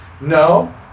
No